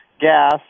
gas